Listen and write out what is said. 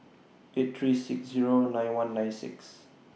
eight three six Zero nine one nine six